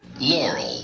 laurel